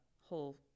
whole